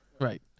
Right